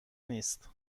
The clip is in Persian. نیست